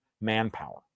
manpower